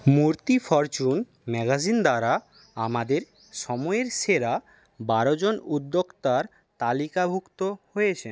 মূর্তি fortune magazine দ্বারা আমাদের সময়ের সেরা বারোজন উদ্যোক্তার তালিকাভুক্ত হয়েছে